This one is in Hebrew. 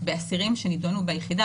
באסירים שנידונו ביחידה,